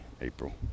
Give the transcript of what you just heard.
April